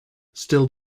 still